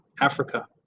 Africa